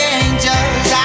angels